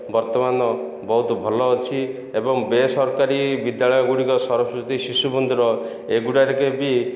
ବର୍ତ୍ତମାନ ବହୁତ ଭଲ ଅଛି ଏବଂ ବେସରକାରୀ ବିଦ୍ୟାଳୟ ଗୁଡ଼ିକ ସରସ୍ଵତୀ ଶିଶୁ ମନ୍ଦିର ଏଗୁଡ଼ାକ ବି